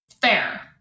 Fair